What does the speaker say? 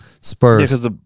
Spurs